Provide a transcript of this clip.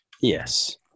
Yes